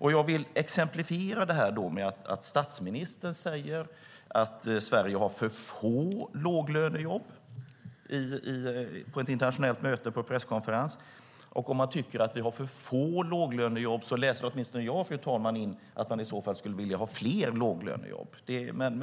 Jag vill exemplifiera det med att statsministern säger att Sverige har för få låglönejobb; det sade han vid en presskonferens i samband med ett internationellt möte. Om man tycker att vi har för få låglönejobb läser åtminstone jag in i det att man skulle vilja ha fler låglönejobb.